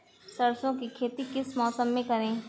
सरसों की खेती किस मौसम में करें?